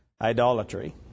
idolatry